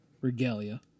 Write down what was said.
regalia